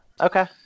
Okay